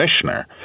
commissioner